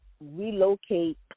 relocate